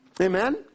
Amen